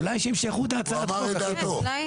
אולי שימשכו את הצעת החוק, הכי טוב.